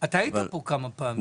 אתה היית פה כמה פעמים.